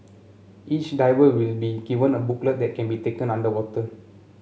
each diver will be given a booklet that can be taken underwater